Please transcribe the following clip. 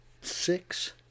six